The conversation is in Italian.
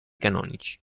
canonici